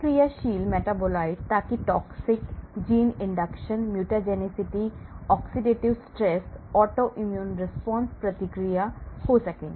प्रतिक्रियाशील मेटाबोलाइट ताकि toxic gene induction mutagenicity oxidative stress autoimmune response प्रतिक्रिया हो सके